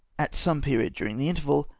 at some period during the interval,